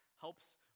helps